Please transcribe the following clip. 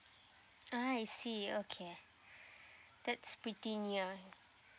ah I see okay that's pretty near